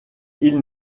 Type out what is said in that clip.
ils